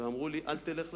אל תלך לזה.